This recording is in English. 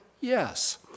Yes